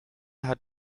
hat